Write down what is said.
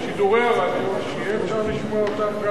שיהיה אפשר לשמוע אותם גם ביהודה ושומרון,